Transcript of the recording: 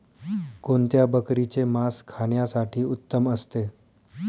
कोणत्या बकरीचे मास खाण्यासाठी उत्तम असते?